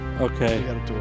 okay